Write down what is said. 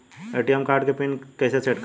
ATM card के pin कैसे set करम?